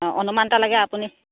অঁ অনুমান এটা লাগে আপুনি